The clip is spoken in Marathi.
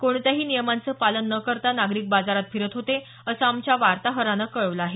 कोणत्याही नियमांचं पालन न करता नागरिक बाजारात फिरत होते असं आमच्या वार्ताहरानं कळवलं आहे